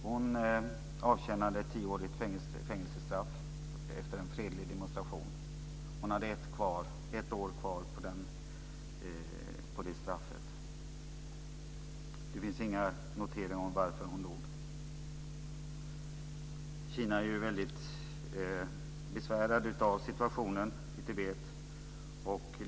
Hon avtjänade ett tioårigt fängelsestraff efter en fredlig demonstration. Hon hade ett år kvar på det straffet. Det finns inga noteringar om varför hon dog. Kina är väldigt besvärat av situationen i Tibet.